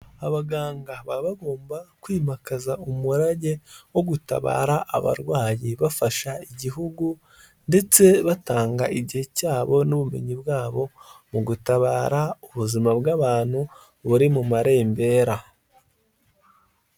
Abaganga baba bagomba kwimakaza umurage wo gutabara abarwayi bafasha igihugu, ndetse batanga igihe cyabo n'ubumenyi bwabo mu gutabara ubuzima bw'abantu buri mu marembera.